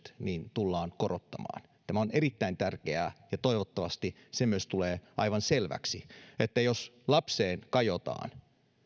tullaan korottamaan tämä on erittäin tärkeää ja toivottavasti se myös tulee aivan selväksi että jos lapseen kajotaan